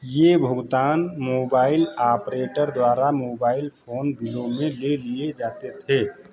ये भुगतान mobile operator द्वारा मोबाइल फोन बिलों में ले लिए जाते थे